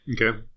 Okay